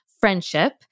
friendship